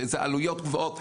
ואלה עלויות גבוהות,